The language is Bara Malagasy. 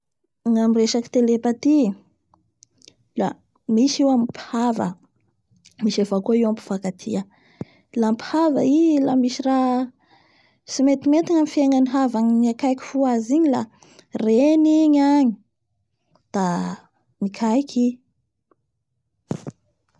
Gnamin'ny resaky télépathie la misy io amin'ny mpihava la misy avao kao amin'ny mpifankatia la amin'ny mpihava i la misy raha tsy metymety ny amin'ny fiegnany havany akaiky azy igny la reny iny agny da mikaiky i